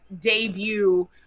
debut